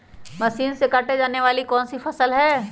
Machine से काटे जाने वाली कौन सी फसल है?